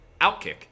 Outkick